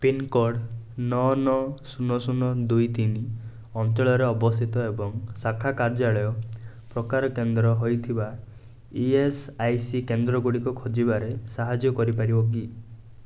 pincode ନଅ ନଅ ଶୂନ ଶୂନ ଦୁଇ ତିନି ଅଞ୍ଚଳରେ ଅବସ୍ଥିତ ଏବଂ ଶାଖା କାର୍ଯ୍ୟାଳୟ ପ୍ରକାର କେନ୍ଦ୍ର ହୋଇଥିବା ଇ ଏସ ଆଇ ସି କେନ୍ଦ୍ରଗୁଡ଼ିକ ଖୋଜିବାରେ ସାହାଯ୍ୟ କରିପାରିବ କି